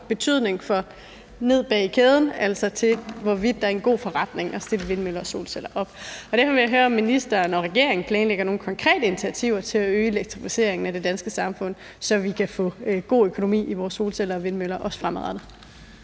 betydning for led i kæden, i forhold til hvorvidt der er en god forretning i at stille vindmøller og solceller op. Derfor vil jeg høre, om ministeren og regeringen planlægger nogen konkrete initiativer til at øge elektrificeringen af det danske samfund, så vi kan få en god økonomi i vores solceller og vindmøller også fremadrettet